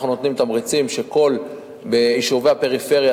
אנחנו נותנים תמריצים שבכל יישובי הפריפריה,